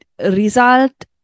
result